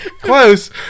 close